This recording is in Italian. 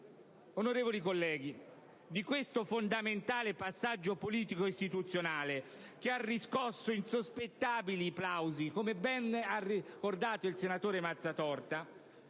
Onorevoli colleghi, di questo fondamentale passaggio politico istituzionale, che ha riscosso insospettabili plausi, come ben ha ricordato il senatore Mazzatorta,